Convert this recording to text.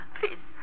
please